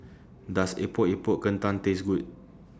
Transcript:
Does Epok Epok Kentang Taste Good